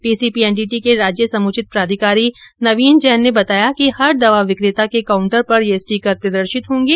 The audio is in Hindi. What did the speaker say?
पीसीपीएनडीटी के राज्य समुचित प्राधिकारी नवीन जैन ने बताया कि हर दवा विक्रेता के काउंटर पर ये स्टीकर प्रदर्शित होगें